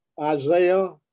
Isaiah